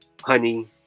honey